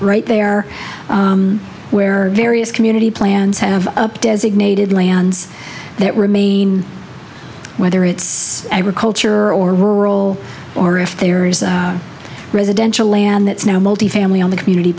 right there where various community plans have up designated lands that remain whether it's agriculture or rural or if there is a residential land that's now multifamily on the community